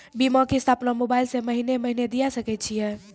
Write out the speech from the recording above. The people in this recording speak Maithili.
बीमा किस्त अपनो मोबाइल से महीने महीने दिए सकय छियै?